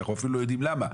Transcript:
אנחנו אפילו לא יודעים למה.